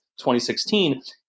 2016